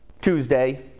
Tuesday